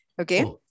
Okay